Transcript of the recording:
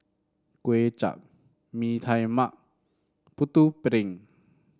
Kuay Chap Bee Tai Mak Putu Piring